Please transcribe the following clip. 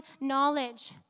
knowledge